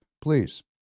Please